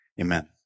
Amen